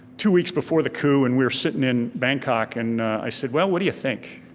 two weeks before the coup and we were sitting in bangkok and i said, well, what do you think?